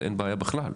אין בעיה בכלל.